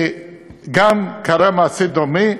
קרה מעשה דומה,